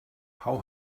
how